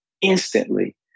instantly